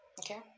Okay